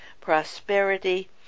prosperity